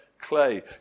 clay